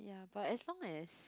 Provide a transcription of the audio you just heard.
but as long as